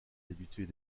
habitués